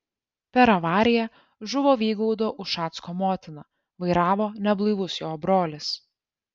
per avariją žuvo vygaudo ušacko motina vairavo neblaivus jo brolis